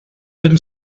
been